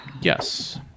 Yes